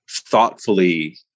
thoughtfully